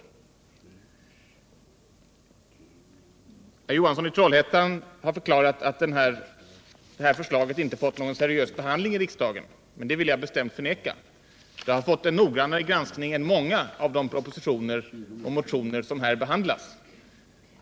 Herr Johansson i Trollhättan har förklarat att det här förslaget inte fått någon seriös behandling i riksdagen. Det vill jag bestämt förneka. Det har fått er noggrannare granskning än många av de propositioner och motioner som här behandlas.